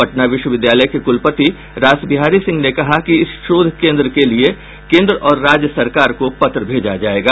पटना विश्वविद्यालय के कुलपति रासबिहारी सिंह ने कहा कि इस शोध केंद्र के लिये केंद्र और राज्य सरकार को पत्र भेजा जायेगा